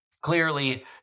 Clearly